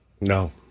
No